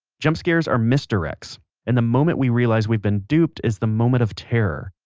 jump scares are misdirects and the moment we realize we've been duped is the moment of terror.